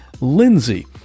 Lindsay